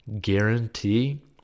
guarantee